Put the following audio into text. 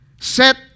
Set